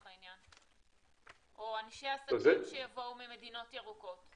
העניין או אנשי עסקים שיבואו ממדינות ירוקות?